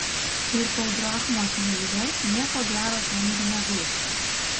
ir kol drachmos neįves nieko gero ten ir nebus